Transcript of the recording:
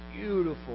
beautiful